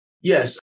Yes